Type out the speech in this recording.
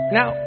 Now